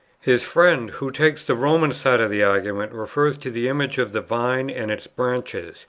his friend, who takes the roman side of the argument, refers to the image of the vine and its branches,